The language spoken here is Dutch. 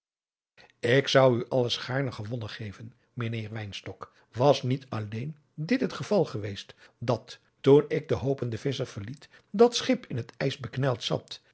ik zou u alles gaarne gewonnen geven mijnheer wynstok was niet alleen dit het geval geweest dat toen ik den adriaan loosjes pzn het leven van johannes wouter blommesteyn hopende visscher verliet dat schip in het ijs bekneld zat